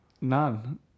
None